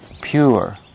pure